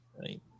Right